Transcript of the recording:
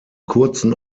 kurzen